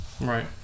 Right